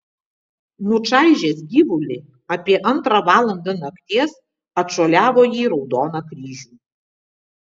nučaižęs gyvulį apie antrą valandą nakties atšuoliavo į raudoną kryžių